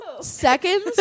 Seconds